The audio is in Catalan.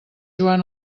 joan